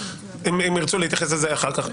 אם ירצו להתייחס לזה אחר כך,